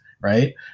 right